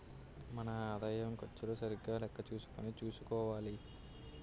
మన ఆదాయం ఖర్చులు సరిగా లెక్క చూసుకుని చూసుకోవాలి